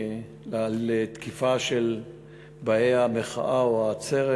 על תקיפה של באי המחאה או העצרת,